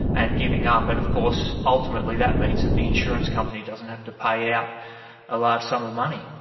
and giving up. and of course ultimately that means that the insurance company doesn't have to pay out a large sum of money.